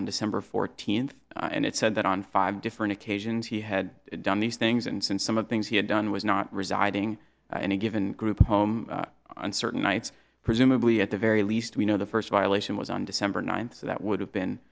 on december fourteenth and it said that on five different occasions he had done these things and since some of things he had done was not residing in any given group home on certain nights presumably at the very least we know the first violation was on december ninth so that would have been